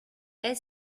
est